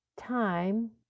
time